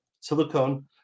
silicone